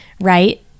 right